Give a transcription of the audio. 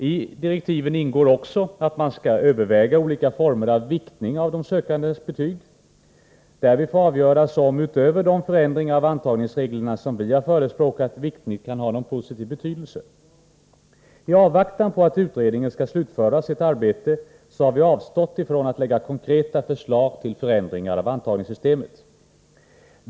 I utredningsdirektiven ingår också att man skall överväga olika former av viktning av de sökandes betyg. Därvid får, utöver de förändringar av antagningsreglerna som vi har förespråkat, avgöras om viktning kan ha någon positiv betydelse. I avvaktan på att utredningen skall slutföra sitt arbete har vi avstått från att lägga konkreta förslag till förändringar av antagningssystemet.